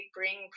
bring